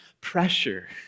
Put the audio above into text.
pressure